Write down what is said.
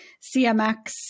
CMX